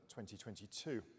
2022